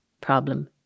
problem